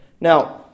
Now